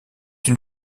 une